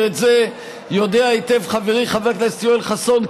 ואת זה יודע היטב חברי חבר הכנסת יואל חסון,